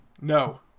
no